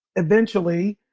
eventually,